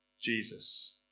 Jesus